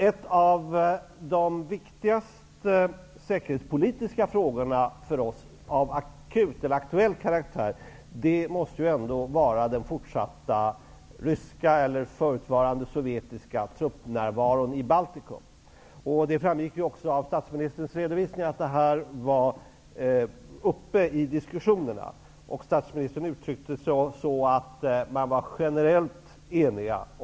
En av de viktigaste säkerhetspolitiska frågorna för oss, som är av aktuell karaktär, måste vara den fortsatta ryska, förutvarande sovjetiska, truppnärvaron i Baltikum. Det framgick av statsministerns redovisning att den frågan var uppe i diskussionerna, och statsministern uttryckte det så att ''vi var generellt eniga''.